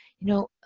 you know,